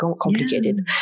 complicated